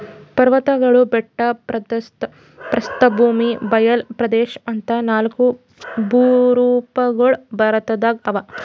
ಪರ್ವತ್ಗಳು ಬೆಟ್ಟ ಪ್ರಸ್ಥಭೂಮಿ ಬಯಲ್ ಪ್ರದೇಶ್ ಅಂತಾ ನಾಲ್ಕ್ ಭೂರೂಪಗೊಳ್ ಭಾರತದಾಗ್ ಅವಾ